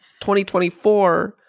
2024